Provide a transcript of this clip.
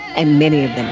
and many of them